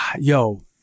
yo